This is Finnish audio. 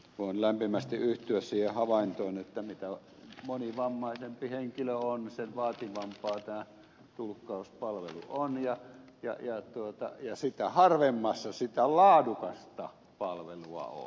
voin lämpimästi yhtyä siihen havaintoon että mitä monivammaisempi henkilö on sen vaativampaa tämä tulkkauspalvelu on ja sitä harvemmassa sitä laadukasta palvelua on